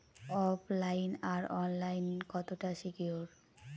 ওফ line আর online কতটা secure?